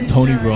Tony